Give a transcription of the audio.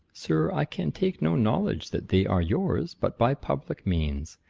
sir, i can take no knowledge that they are yours, but by public means.